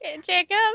Jacob